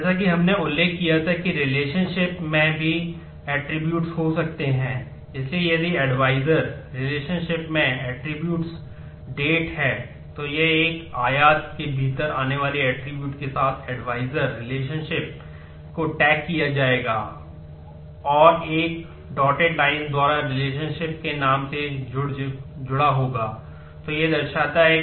जैसा कि हमने उल्लेख किया था कि रिलेशनशिप्स है